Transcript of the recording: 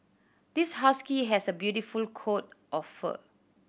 this husky has a beautiful coat of fur